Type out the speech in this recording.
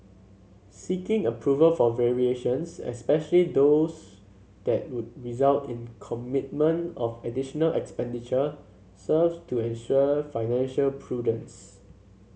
seeking approval for variations especially those that would result in commitment of additional expenditure serve to ensure financial prudence